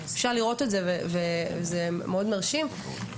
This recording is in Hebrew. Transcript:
זה מאוד מרשים.